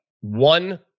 one